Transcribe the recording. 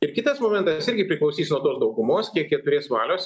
ir kitas momentas irgi priklausys nuo tos daugumos kiek jie turės valios